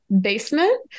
basement